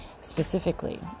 specifically